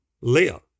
live